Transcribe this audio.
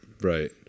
Right